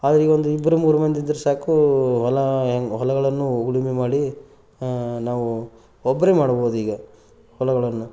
ಆದರೆ ಈಗ ಒಂದು ಇಬ್ಬರು ಮೂರು ಮಂದಿ ಇದ್ದರೆ ಸಾಕು ಹೊಲ ಹೊಲಗಳನ್ನು ಉಳುಮೆ ಮಾಡಿ ನಾವು ಒಬ್ಬರೇ ಮಾಡ್ಬೋದೀಗ ಹೊಲಗಳನ್ನು